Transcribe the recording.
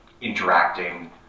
interacting